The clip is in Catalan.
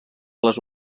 les